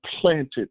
planted